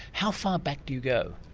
how far back do you go?